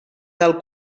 del